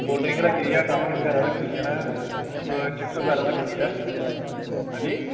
cold drink coffee बगैरा रक्खी दियां न ओह् चिप्स बगैरा रक्खी दी ऐ अंजी